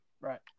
Right